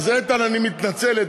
אז איתן, אני מתנצל.